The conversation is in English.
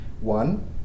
one